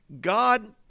God